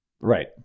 Right